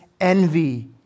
envy